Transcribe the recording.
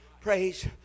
Praise